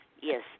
Yes